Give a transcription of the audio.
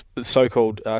so-called